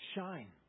Shine